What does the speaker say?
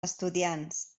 estudiants